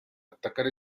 atacar